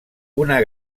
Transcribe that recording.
una